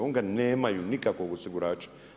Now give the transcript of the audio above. Oni ga nemaju nikakvog osigurača.